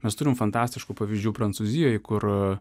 mes turime fantastiškų pavyzdžių prancūzijoje kur